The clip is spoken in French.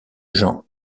jean